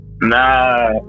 nah